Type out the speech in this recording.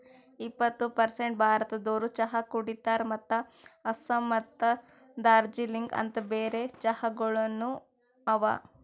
ಎಪ್ಪತ್ತು ಪರ್ಸೇಂಟ್ ಭಾರತದೋರು ಚಹಾ ಕುಡಿತಾರ್ ಮತ್ತ ಆಸ್ಸಾಂ ಮತ್ತ ದಾರ್ಜಿಲಿಂಗ ಅಂತ್ ಬೇರೆ ಚಹಾಗೊಳನು ಅವಾ